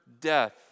death